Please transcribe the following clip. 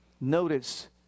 Notice